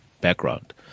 background